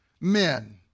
men